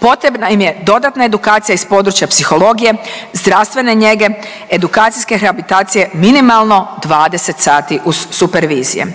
Potrebna im je dodatna edukacija iz područja psihologije, zdravstvene njege, edukacijske rehabilitacije minimalno 20 sati uz supervizije.